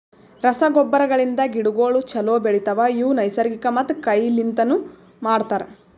ರಸಗೊಬ್ಬರಗಳಿಂದ್ ಗಿಡಗೋಳು ಛಲೋ ಬೆಳಿತವ, ಇವು ನೈಸರ್ಗಿಕ ಮತ್ತ ಕೈ ಲಿಂತನು ಮಾಡ್ತರ